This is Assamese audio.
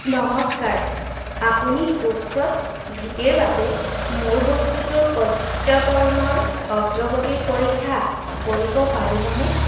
নমস্কাৰ আপুনি কুভছ্ত ধুতিৰ বাবে মোৰ বস্তুটোৰ প্ৰত্যৰ্পণৰ অগ্ৰগতি পৰীক্ষা কৰিব পাৰিবনে